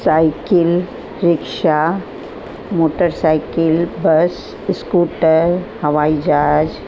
cycle rickshaw motorcycle bus scooter हवाई जहाज